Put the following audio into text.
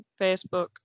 facebook